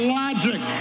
logic